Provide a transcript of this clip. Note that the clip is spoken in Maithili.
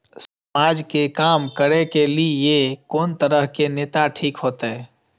समाज के काम करें के ली ये कोन तरह के नेता ठीक होते?